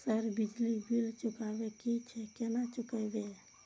Sir बिजली bill चुकाबे की छे केना चुकेबे?